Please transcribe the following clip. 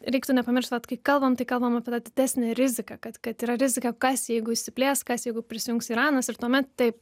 reiktų nepamiršt vat kai kalbam tai kalbam apie tą didesnę riziką kad kad yra rizika kas jeigu išsiplės kas jeigu prisijungs iranas ir tuomet taip